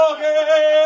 Okay